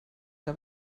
que